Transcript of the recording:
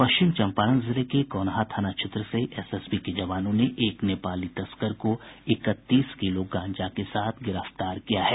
पश्चिम चंपारण जिले के गौनाहा थाना क्षेत्र से एसएसबी के जवानों ने एक नेपाली तस्कर को इकतीस किलो गांजा के साथ गिरफ्तार किया है